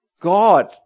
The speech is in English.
God